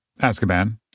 Azkaban